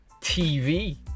TV